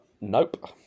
Nope